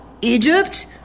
Egypt